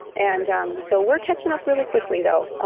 and um so we're catching up really quickly though,